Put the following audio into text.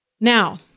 Now